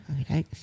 Okay